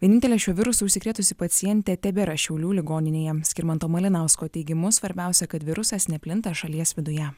vienintelė šiuo virusu užsikrėtusi pacientė tebėra šiaulių ligoninėje skirmanto malinausko teigimu svarbiausia kad virusas neplinta šalies viduje